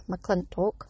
McClintock